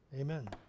amen